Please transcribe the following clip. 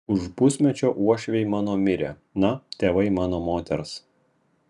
už pusmečio uošviai mano mirė na tėvai mano moters